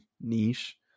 niche